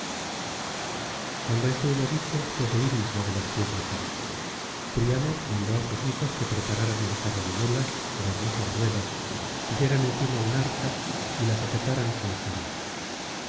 cuando esto hubo dicho fuese iris la de los pies ligeros príamo mandó á sus hijos que prepararan un carro de muías de hermosas ruedas pusieran encima una arca y la sujetaran con sogas